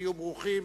שתהיו ברוכים.